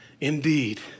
Indeed